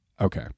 Okay